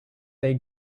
they